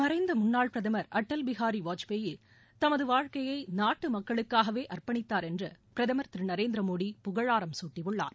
மறைந்த முன்னாள் பிரதம் அடல் பிகாரி வாஜ்பாய் தமது வாழ்க்கையை நாட்டு மக்களுக்காகவே அர்ப்பணித்தார் என்று பிரதமர் திரு நரேந்திரமோடி புகழாரம் சூட்டியுள்ளார்